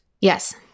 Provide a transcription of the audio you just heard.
Yes